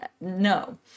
No